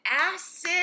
Acid